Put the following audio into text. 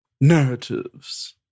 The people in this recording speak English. narratives